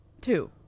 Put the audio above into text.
Two